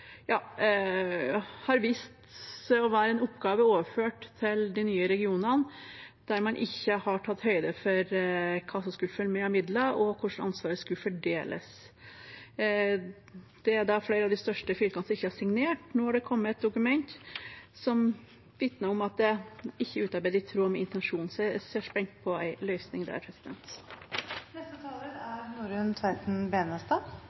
overført til de nye regionene, der man ikke har tatt høyde for hva som skulle følge med av midler, og hvordan ansvaret skulle fordeles. Det er flere av de største fylkene som ikke har signert. Nå er det kommet et dokument som vitner om at det ikke er utarbeidet i tråd med intensjonen, så jeg venter spent på en løsning der.